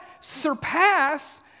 surpass